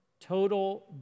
total